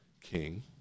king